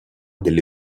delle